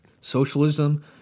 socialism